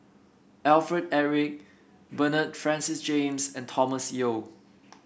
Alfred Eric Bernard Francis James and Thomas Yeo